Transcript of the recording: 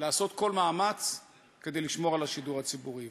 לעשות כל מאמץ כדי לשמור על השידור הציבורי.